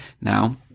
now